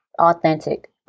authentic